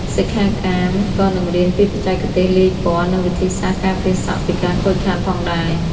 សិក្ខាកាមក៏នឹងរៀនពីបច្ចេកទេសលាយពណ៌ និងវិធីសាស្រ្តការពារសក់ពីការខូចខាតផងដែរ។